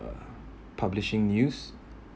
uh publishing news